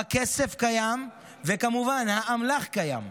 הכסף קיים וכמובן האמל"ח קיים.